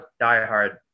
diehard